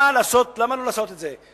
למה לא לעשות את זה?